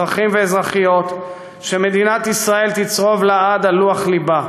אזרחים ואזרחיות שמדינת ישראל תצרוב לעד על לוח לבה,